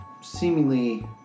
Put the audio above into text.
seemingly